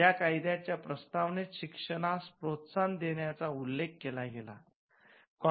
या कायदयाच्या प्रस्तावनेत शिक्षणास प्रोत्साहन देण्याचा उल्लेख केला गेला